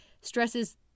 stresses